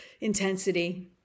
intensity